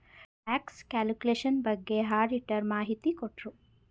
tax calculation ಬಗ್ಗೆ auditor ಮಾಹಿತಿ ಕೊಟ್ರು